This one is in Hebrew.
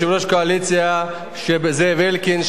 זאב אלקין,